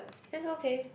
it's okay